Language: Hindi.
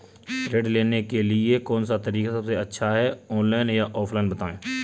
ऋण लेने के लिए कौन सा तरीका सबसे अच्छा है ऑनलाइन या ऑफलाइन बताएँ?